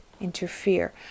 interfere